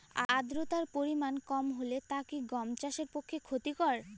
আর্দতার পরিমাণ কম হলে তা কি গম চাষের পক্ষে ক্ষতিকর?